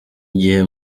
igihe